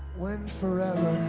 when forever